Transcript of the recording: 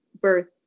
birth